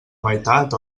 meitat